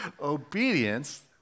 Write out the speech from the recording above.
Obedience